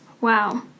Wow